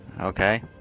Okay